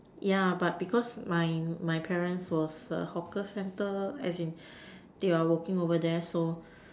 yeah but because my my parents was a hawker centre as in they are working over there so